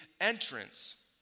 entrance